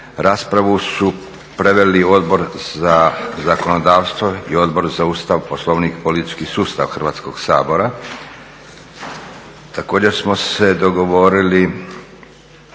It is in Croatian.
Raspravu su proveli Odbor za zakonodavstvo i Odbor za Ustav, Poslovnik, politički sustav Hrvatskog sabora. Također smo se dogovorili